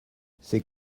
c’est